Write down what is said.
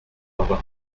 avoir